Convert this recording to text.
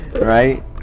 Right